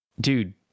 dude